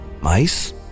mice